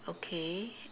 okay